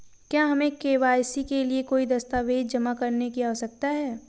क्या हमें के.वाई.सी के लिए कोई दस्तावेज़ जमा करने की आवश्यकता है?